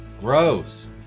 gross